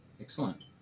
Excellent